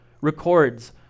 records